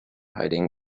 hiding